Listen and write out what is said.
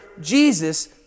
Jesus